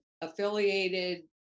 affiliated